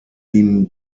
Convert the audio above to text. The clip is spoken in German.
ihm